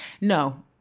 No